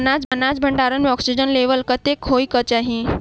अनाज भण्डारण म ऑक्सीजन लेवल कतेक होइ कऽ चाहि?